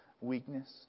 weakness